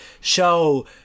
show